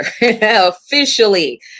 officially